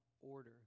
order